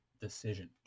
Decision